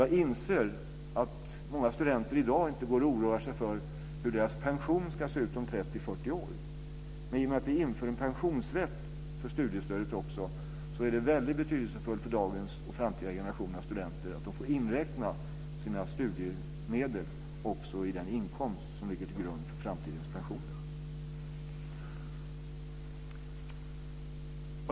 Jag inser att många studenter i dag inte går och oroar sig för hur deras pension ska se ut om 30-40 år, men i och med att vi inför en pensionsrätt också för studiestödet är det väldigt betydelsefullt för dagens och framtida generationers studenter att de får inräkna också sina studiemedel i den inkomst som ligger till grund för framtidens pensioner.